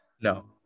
No